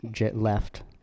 left